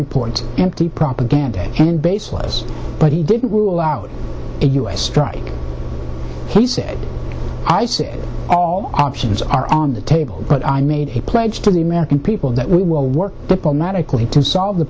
report empty propaganda and baseless but he didn't rule out a u s strike he said i said all options are on the table but i made a pledge to the american people that we will work diplomatically to solve the